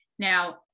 Now